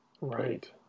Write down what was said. Right